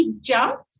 jump